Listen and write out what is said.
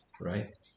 Right